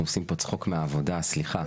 אנחנו עושים פה צחוק מהעבודה, סליחה.